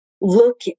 look